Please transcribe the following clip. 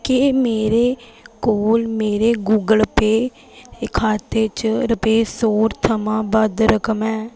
क्या मेरे कोल मेरे गूगल पेऽ खाते च रपेऽ सौ थमां बद्ध रकम ऐ